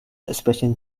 expression